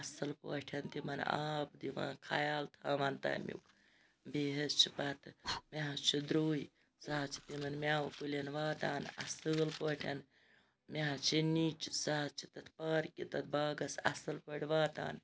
اَصل پٲٹھۍ تِمَن آب دِوان خَیال تھاوان تمیُک بیٚیہِ حظ چھِ پَتہٕ مےٚ حظ چھُ درٛوے سُہ حظ چھُ تِمَن میٚوٕ کُلٮ۪ن واتان اَصل پٲٹھۍ مےٚ حظ چھِ نِچ سۄ حظ چھِ تَتھ پارکہِ تَتھ باغَس اَصل پٲٹھۍ واتان